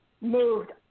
moved